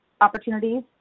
opportunities